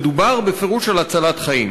מדובר בפירוש על הצלת חיים.